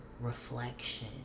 reflection